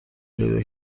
پیدا